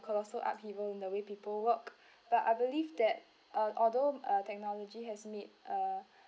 colossal upheaval in the way people work but I believe that uh although uh technology has made uh